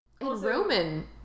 Roman